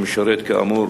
שמשרת כאמור